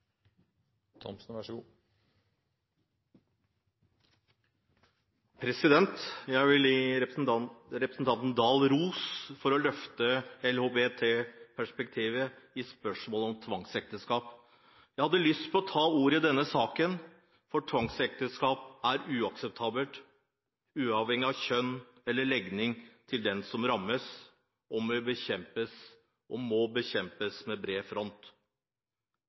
Jeg vil gi representanten Oktay Dahl ros for å løfte LHBT-perspektivet i spørsmålet om tvangsekteskap. Jeg hadde lyst til å ta ordet i denne saken, for tvangsekteskap er uakseptabelt, uavhengig av kjønn eller legning til den som rammes, og må bekjempes på bred front. Gjennom regjeringens handlingsplan mot tvangsekteskap fikk Skeiv Verden tilskudd til og med